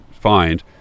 find